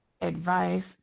advice